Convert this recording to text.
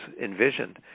envisioned